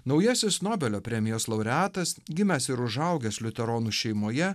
naujasis nobelio premijos laureatas gimęs ir užaugęs liuteronų šeimoje